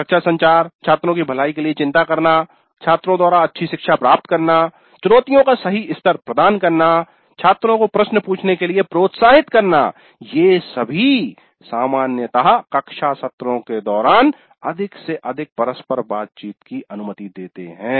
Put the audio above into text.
कक्षा संचार छात्रों की भलाई के लिए चिंता करना छात्रों द्वारा अच्छी शिक्षा प्राप्त करना चुनौतियों का सही स्तर प्रदान करना छात्रों को प्रश्न पूछने के लिए प्रोत्साहित करना - ये सभी सामान्यतः कक्षा सत्रों के दौरान अधिक से अधिक परस्पर बातचीत की अनुमति देते है